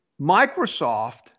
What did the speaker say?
Microsoft